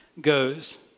goes